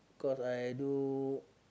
cause I do